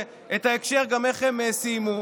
עם ההקשר של איך שהם סיימו.